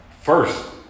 First